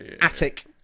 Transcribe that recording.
Attic